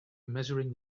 measuring